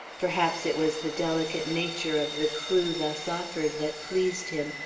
perhaps it was the delicate nature of the clew thus offered that pleased him,